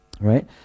right